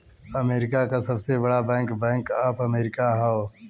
America क सबसे बड़ा बैंक बैंक ऑफ अमेरिका हौ